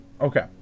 okay